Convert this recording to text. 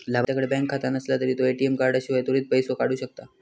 लाभार्थ्याकडे बँक खाता नसला तरी तो ए.टी.एम कार्डाशिवाय त्वरित पैसो काढू शकता